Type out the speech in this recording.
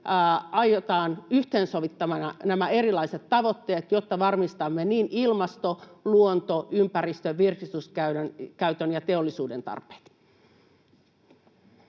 aiotaan yhteensovittaa nämä erilaiset tavoitteet, jotta varmistamme niin ilmaston, luonnon, ympäristön, virkistyskäytön kuin teollisuuden tarpeet?